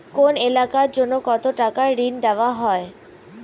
কোন এলাকার জন্য কত টাকা ঋণ দেয়া হয়?